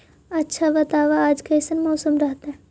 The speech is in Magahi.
आच्छा बताब आज कैसन मौसम रहतैय?